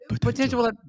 Potential